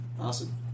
Awesome